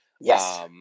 yes